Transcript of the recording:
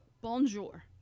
bonjour